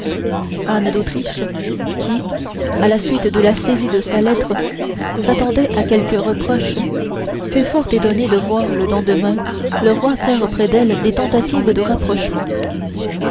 anne d'autriche qui à la suite de la saisie de sa lettre s'attendait à quelque reproche fut fort étonnée de voir le lendemain le roi faire près d'elle des tentatives de rapprochement